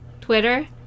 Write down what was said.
Twitter